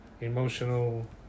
emotional